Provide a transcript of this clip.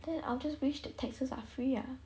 then I'll just wish that taxes are free ah